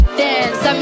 dance